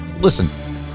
Listen